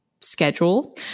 schedule